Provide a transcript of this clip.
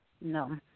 No